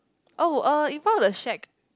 oh uh in front of the shack